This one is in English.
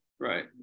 Right